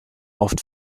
oft